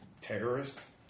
terrorists